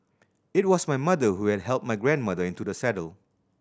it was my mother who had help my grandmother into the saddle